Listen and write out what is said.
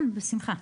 כן בשמחה.